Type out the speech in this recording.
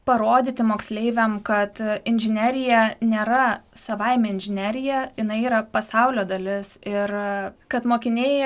parodyti moksleiviam kad inžinerija nėra savaime inžinerija jinai yra pasaulio dalis ir kad mokiniai